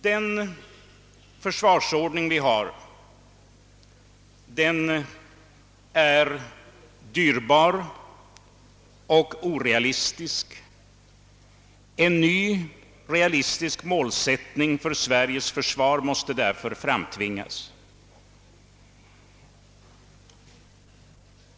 Den försvarsordning vi har är dyrbar och orealistisk. En ny, realistisk målsättning för Sveriges försvar måste därför framtvingas.